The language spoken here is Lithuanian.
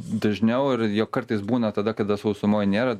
dažniau ir jo kartais būna tada kada sausumoj nėra